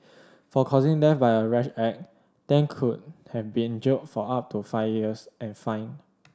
for causing death by a rash act Tan could have been jailed for up to five years and fined